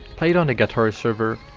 played on the gatari server,